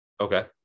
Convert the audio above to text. Okay